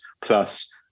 plus